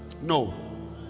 no